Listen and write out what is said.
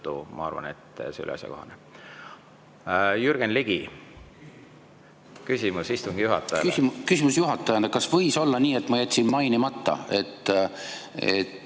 ma arvan, et see oli asjakohane. Jürgen Ligi, küsimus istungi juhatajale. Küsimus juhatajale: kas võis olla nii, et ma jätsin tõmbamata